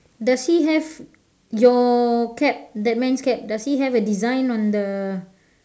does he have your cap that man's cap does he have a design on the